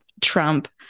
Trump